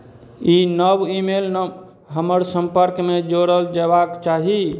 ई नव ईमेल न् हमर सम्पर्कमे जोड़ल जयबाक चाही